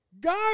Guys